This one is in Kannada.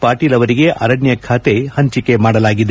ಪಾಟೀಲ್ ಅವರಿಗೆ ಅರಣ್ಣ ಖಾತೆ ಪಂಚಿಕೆ ಮಾಡಲಾಗಿದೆ